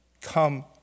come